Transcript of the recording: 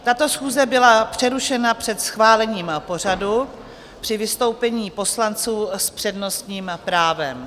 Tato schůze byla přerušena před schválením pořadu při vystoupení poslanců s přednostním právem.